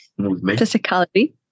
physicality